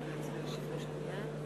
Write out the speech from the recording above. אני מזמין את השר המיועד חבר הכנסת אורי,